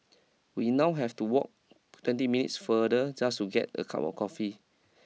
we now have to walk twenty minutes farther just to get a cup of coffee